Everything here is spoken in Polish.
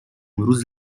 mróz